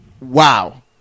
Wow